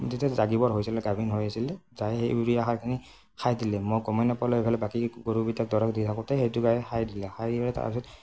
যেতিয়া জাগিবৰ হৈছিলে গাভিনী হৈ আছিলে যাই সেই ইউৰিয়া সাৰখিনি খাই দিলে মই গ'মেই নাপালো এইফালে বাকী গৰুকেইটাক দৰক দি থাকোঁতে সেইটো গাই খাই দিলে খাই দিলে তাৰ পিছত